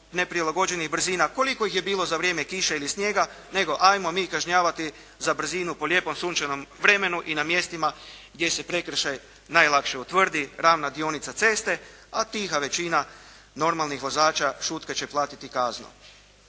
neprilagođenih brzina. Koliko ih je bilo za vrijeme kiše ili snijega, nego hajmo mi kažnjavati za brzinu po lijepom sunčanom vremenu i po mjestima gdje se prekršaj najlakše utvrdi ravna dionica ceste, a tiha većina normalnih vozača šutke će platiti kaznu.